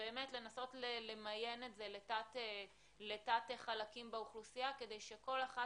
באמת לנסות למיין את זה לתת-חלקים באוכלוסייה כדי שכל אחת